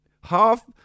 half